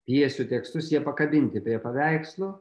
pjesių tekstus jie pakabinti prie paveikslų